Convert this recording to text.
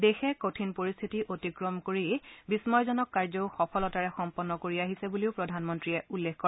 দেশে কঠিন পৰিস্থিতি অতিক্ৰম কৰি বিস্ময়জনক কাৰ্য্যও সফলতাৰে সম্পন্ন কৰি আহিছে বুলিও প্ৰধানমন্ত্ৰীয়ে উল্লেখ কৰে